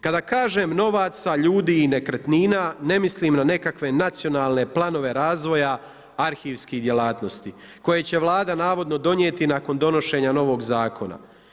Kada kažem novaca, ljudi i nekretnina ne mislim na nekakve nacionalne planove razvoja arhivskih djelatnosti koje će Vlada navodno donijeti nakon donošenja novog zakona.